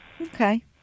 Okay